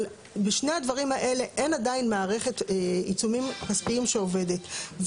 אבל בשני הדברים האלה אין עדיין מערכת עיצומים כספיים שעובדת.